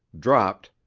dropped,